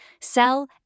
sell